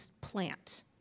plant